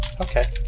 Okay